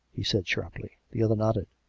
he said sharply. the other nodded.